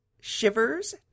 Shivers